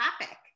topic